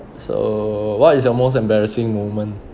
so what is your most embarrassing moment